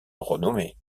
renommé